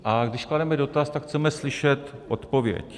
A když klademe dotaz, tak chceme slyšet odpověď.